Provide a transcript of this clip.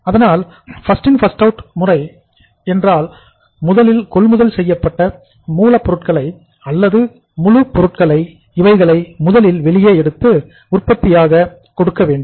அதனால் First In First Out முறை என்றால் முதலில் கொள்முதல் செய்யப்பட்ட மூலப்பொருட்கள் அல்லது முழு பொருட்கள் இவைகளை முதலில் வெளியே எடுத்து உற்பத்திக்காக கொடுக்கவேண்டும்